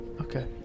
Okay